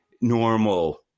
normal